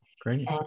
Great